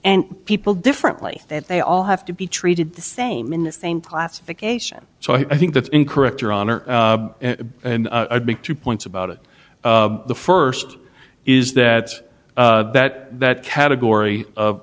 and people differently that they all have to be treated the same in the same classification so i think that's incorrect your honor and i'd make two points about it the first is that that that category of